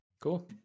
Cool